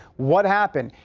what happened?